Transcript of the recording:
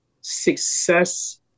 Success